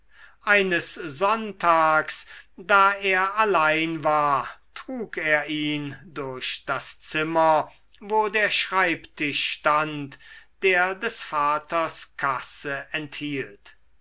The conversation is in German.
eines sonntags da er allein war trug er ihn durch das zimmer wo der schreibtisch stand der des vaters kasse enthielt